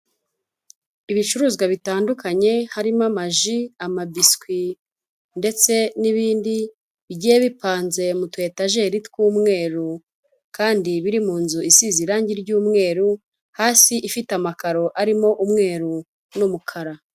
Ibicuruzwa bitandukanye harimo amaji, amabiswi ndetse n'ibindi bigiye bipanze mu tu etajeri tw'umweru kandi biri mu nzu isize irangi ry'umweru, hasi ifite amakaro arimo umweru n'umukara.